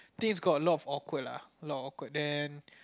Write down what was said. things got a lot of awkward a lot awkward then